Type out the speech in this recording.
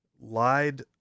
lied